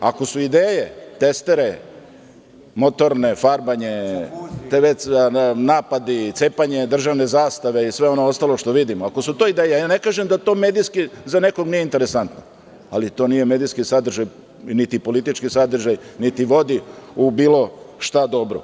Ako su ideje testere, motorne, farbanje, napadi, cepanje državne zastave i sve ono ostalo što vidimo, ako su to ideje, ne kažem da to medijski za nekog nije interesantno, ali to nije medijski sadržaj, niti politički sadržaj, niti vodi u bilo šta dobro.